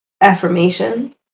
affirmation